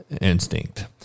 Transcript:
instinct